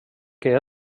que